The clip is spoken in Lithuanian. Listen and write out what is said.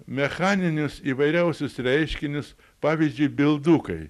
mechaninius įvairiausius reiškinius pavyzdžiui bildukai